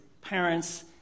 parents